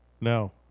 No